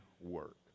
work